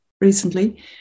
recently